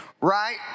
right